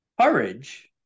Courage